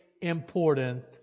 important